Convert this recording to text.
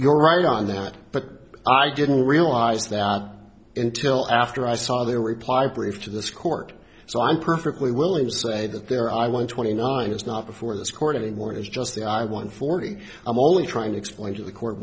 you're right on that but i didn't realize that until after i saw their reply brief to this court so i'm perfectly willing to say that there i went twenty nine is not before this court anymore is just the i one forty i'm only trying to explain to the court